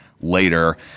later